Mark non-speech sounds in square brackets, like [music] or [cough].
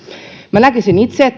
minä näkisin itse [unintelligible]